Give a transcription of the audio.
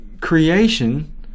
creation